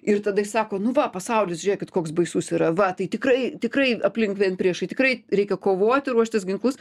ir tada jis sako nu va pasaulis žiūrėkit koks baisus yra va tai tikrai tikrai aplink vien priešai tikrai reikia kovoti ruoštis ginklus